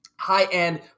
High-end